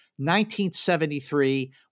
1973